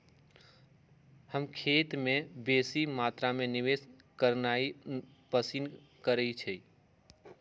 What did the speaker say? हम खेत में बेशी मत्रा में निवेश करनाइ पसिन करइछी